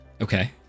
Okay